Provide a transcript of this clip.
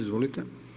Izvolite.